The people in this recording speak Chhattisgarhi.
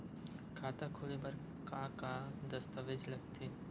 खाता खोले बर का का दस्तावेज लगथे?